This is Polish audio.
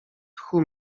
tchu